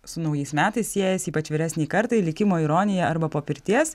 su naujais metais siejas ypač vyresnei kartai likimo ironija arba po pirties